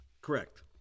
Correct